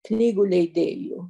knygų leidėjų